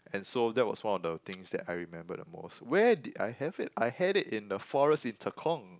and so that was one of the things that I remembered the most where did I have it I had it in the forest in tekong